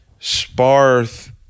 sparth